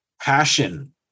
passion